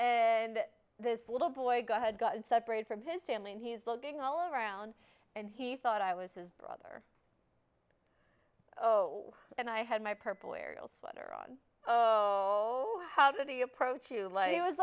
and this little boy had gotten separated from his family and he's looking all around and he thought i was his brother oh and i had my purple ariel sweater on how do you approach to life he was